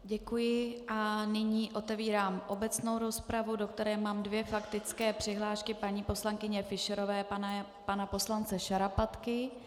Děkuji a nyní otevírám obecnou rozpravu, do které mám dvě faktické přihlášky paní poslankyně Fischerové a pana poslance Šarapatky.